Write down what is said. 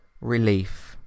relief